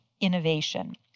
innovation